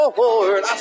Lord